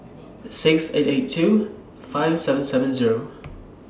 six eight eight two five seven seven Zero